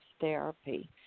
therapy